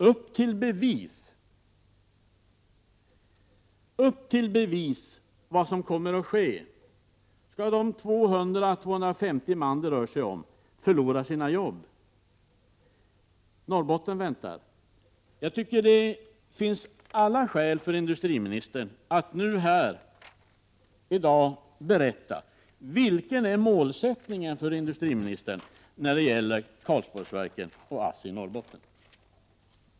ASSI och domänverket gjorde gemensamt en bedömning av råvarusituationen i Norrbotten.